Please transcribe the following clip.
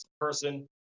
person